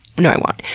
no, i won't.